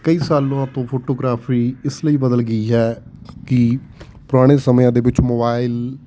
ਕਈ ਸਾਲਾਂ ਤੋਂ ਫੋਟੋਗ੍ਰਾਫੀ ਇਸ ਲਈ ਬਦਲ ਗਈ ਹੈ ਕਿ ਪੁਰਾਣੇ ਸਮਿਆਂ ਦੇ ਵਿੱਚ ਮੋਬਾਇਲ